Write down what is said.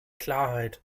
klarheit